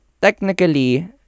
technically